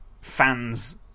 fans